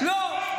לא.